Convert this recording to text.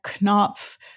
Knopf